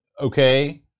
okay